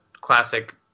classic